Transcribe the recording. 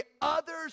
others